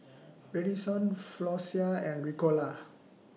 Redoxon Floxia and Ricola